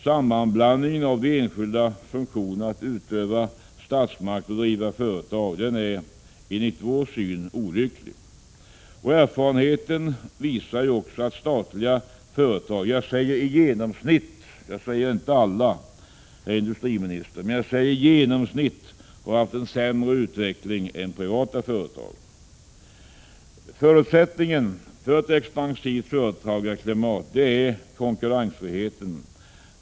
Sammanblandningen av de skilda funktionerna att utöva statsmakt och driva företag är olycklig. Efterfarenheten visar att statliga företag i genomsnitt — jag säger i genomsnitt, inte alla, herr industriminister — har haft en sämre utveckling än privata företag. Förutsättningen för ett expansivt företagarklimat är konkurrensfriheten.